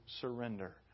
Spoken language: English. surrender